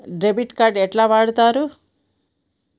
Debit card ఎట్లా వాడుతరు?